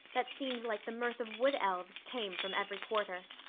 that seemed like the mirth of wood elves, came from every quarter.